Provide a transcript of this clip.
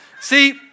See